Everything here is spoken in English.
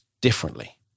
differently